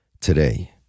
today